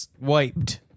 wiped